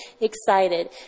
excited